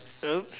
oh